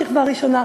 שכבה ראשונה,